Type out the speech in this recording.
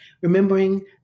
remembering